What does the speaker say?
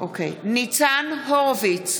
(קוראת בשמות חברי הכנסת) ניצן הורוביץ,